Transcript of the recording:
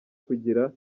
kugira